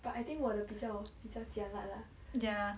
but I think 我的比较比较 jialat lah